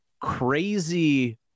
crazy